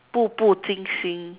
步步驚心